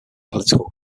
political